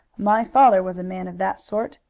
my father was a man of that sort.